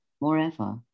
Moreover